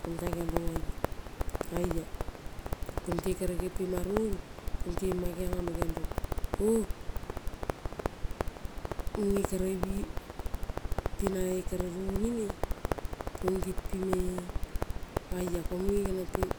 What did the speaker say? Komuta geiong rong oia, ko mute kere gepima robi, ko mute mema geiongea mo rong ou munge kere ibi pinae runima, ko ngo kempimea. Oia mung geniong ping